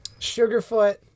sugarfoot